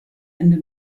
ende